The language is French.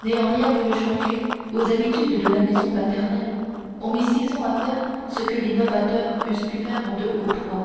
n'ayant rien voulu changer aux habitudes de la maison paternelle ont mis six ans à faire ce que les novateurs eussent pu faire en deux ou trois